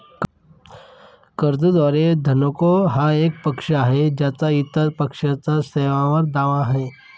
कर्जदार किंवा धनको हा एक पक्ष आहे ज्याचा इतर पक्षाच्या सेवांवर दावा आहे